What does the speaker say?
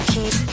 Keep